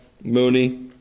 Mooney